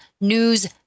news